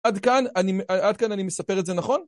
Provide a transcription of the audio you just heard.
עד כאן אני מספר את זה נכון?